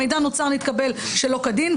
המידע הנוצר נתקבל שלא כדין,